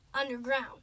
underground